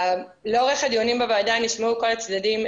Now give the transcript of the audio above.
לאורך הדיונים בוועדה נשמעו כל הצדדים.